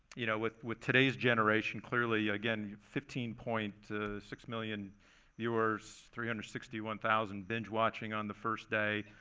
you know with with today's generation, clearly again, fifteen point six million viewers, three hundred and sixty one thousand binge watching on the first day.